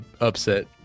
upset